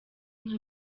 nka